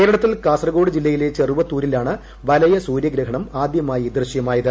കേരളത്തിൽ കാസർഗോഡ് ജില്ലയിലെ ചെറുവത്തൂരിലാണ് വലയ സൂര്യഗ്രഹണം ആദ്യമായി ദൃശ്യമായത്